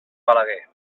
balaguer